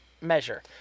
measure